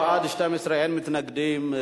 בעד, 12, אין מתנגדים.